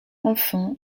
enfant